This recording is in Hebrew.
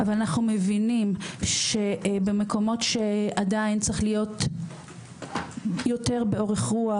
אבל אנחנו מבינים שבמקומות שעדיין צריך להיות יותר באורך רוח,